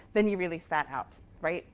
then you release that out, right